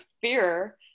fear